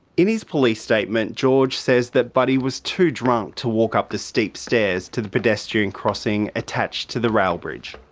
in his police statement, george says that buddy was too drunk to walk up the steep stairs to the pedestrian crossing attached to the rail bridge.